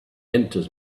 enters